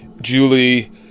Julie